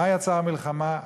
מה יצר את המלחמה?